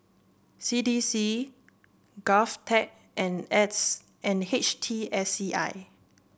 C D C Govtech and and H T S C I